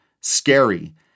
scary